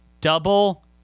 Double